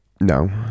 no